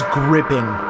gripping